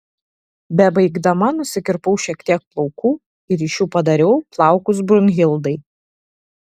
bebaigdama nusikirpau šiek tiek plaukų ir iš jų padariau plaukus brunhildai